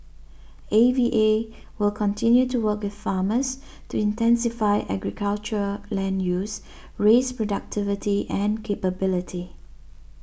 A V A will continue to work with farmers to intensify agriculture land use raise productivity and capability